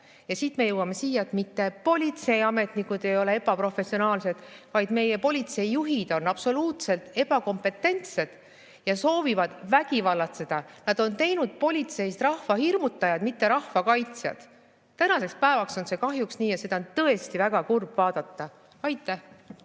Ja siit me jõuame selleni, et mitte politseiametnikud ei ole ebaprofessionaalsed, vaid meie politseijuhid on absoluutselt ebakompetentsed ja soovivad vägivallatseda. Nad on teinud politseist rahva hirmutajad, mitte rahva kaitsjad. Tänaseks päevaks on see kahjuks nii ja seda on tõesti väga kurb vaadata. Aitäh!